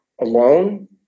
alone